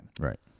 Right